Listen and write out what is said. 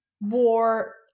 war